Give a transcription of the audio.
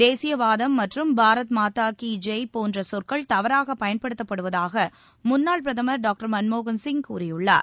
தேசியவாதம் மற்றும் பாரத் மாதா கீ ஜெய் போன்ற சொற்கள் தவறாகப் பயன்படுத்தப்படுவதாக முன்னாள் பிரதமர் டாக்டர் மன்மோகன்சிங் கூறியுள்ளார்